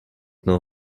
know